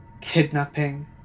kidnapping